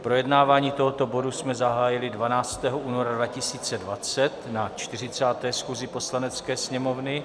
Projednávání tohoto bodu jsme zahájili 12. února 2020 na 40. schůzi Poslanecké sněmovny.